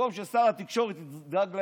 במקום ששר התקשורת ידאג לאזרחים,